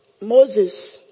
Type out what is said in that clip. Moses